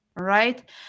right